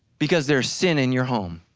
because there's sin in your home,